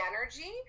energy